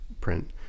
print